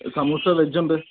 samosa veg ഉണ്ട്